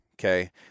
okay